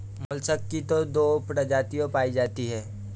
mollusc की तो दो प्रजातियां पाई जाती है